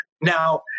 Now